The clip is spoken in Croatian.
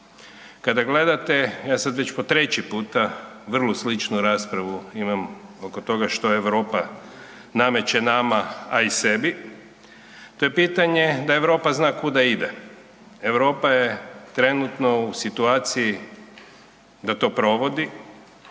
Kada gledate, ja sad već pod trći puta vrlo sličnu raspravu imam oko toga što Europa nameće nama a i sebi, to je pitanje da Europa zna kuda ide. Europa je trenutno u situaciji da to provodi,